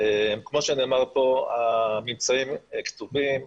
כמו שנאמר פה, הממצאים כתובים,